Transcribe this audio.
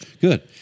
Good